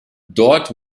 dort